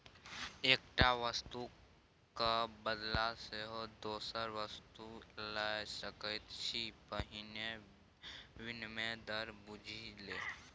एकटा वस्तुक क बदला सेहो दोसर वस्तु लए सकैत छी पहिने विनिमय दर बुझि ले